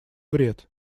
вред